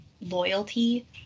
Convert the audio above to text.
loyalty